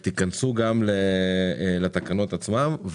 תיכנסו גם לתקנות עצמן.